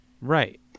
right